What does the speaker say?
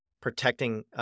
protecting